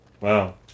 Wow